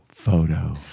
photo